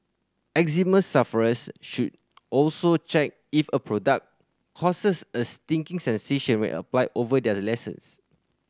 eczema sufferers should also check if a product causes a stinging sensation when applied over their lesions